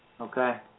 okay